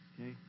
okay